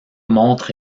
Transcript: montre